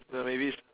uh maybe s~